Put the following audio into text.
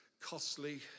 costly